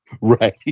Right